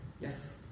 yes